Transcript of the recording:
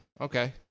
Okay